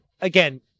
again